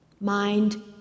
mind